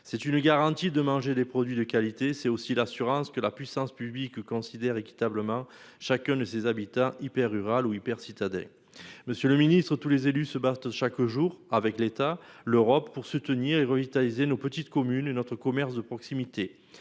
C'est une garantie de manger des produits de qualité, c'est aussi l'assurance que la puissance publique considère équitable ma chacun de ces habitats hyper rural ou hyper citadelle. Monsieur le Ministre, tous les élus se battent chaque jour avec l'État, l'Europe pour soutenir et revitaliser nos petites communes et notre commerce de proximité.